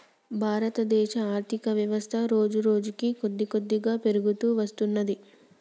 భారతదేశ ఆర్ధికవ్యవస్థ రోజురోజుకీ కొద్దికొద్దిగా పెరుగుతూ వత్తున్నది